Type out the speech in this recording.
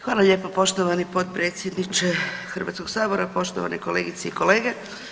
Hvala lijepo poštovani potpredsjedniče Hrvatskog sabora, poštovani kolegice i kolege.